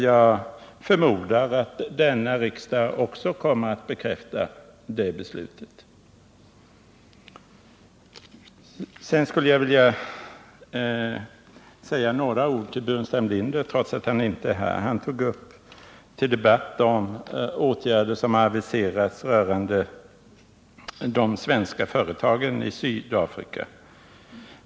Jag förmodar att även detta riksmöte kommer att bekräfta det beslutet. Sedan skulle jag vilja säga några ord till herr Burenstam Linder, trots att han inte är här. Han tog upp till debatt de åtgärder som aviserats rörande de svenska företagen i Sydafrika.